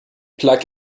plug